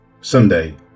Sunday